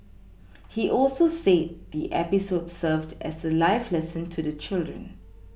he also said the episode served as a life lesson to the children